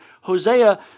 Hosea